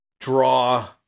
draw